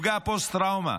פוסט-טראומה,